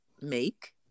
Make